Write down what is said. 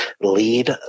lead